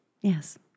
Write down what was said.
Yes